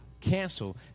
cancel